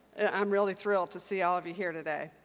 i'm really thrilled to see all of you here today.